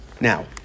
Now